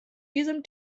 diesem